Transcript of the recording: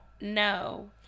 No